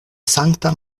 sankta